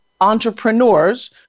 entrepreneurs